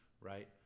right